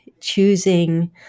choosing